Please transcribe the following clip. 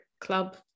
club